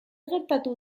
gertatu